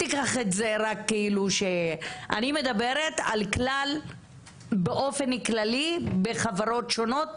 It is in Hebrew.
אני מדברת באופן כללי בחברות שונות,